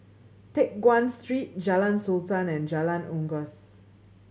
Teck Guan Street Jalan Sultan and Jalan Unggas